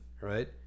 right